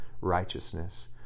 righteousness